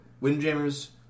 Windjammers